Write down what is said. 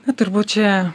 na turbūt čia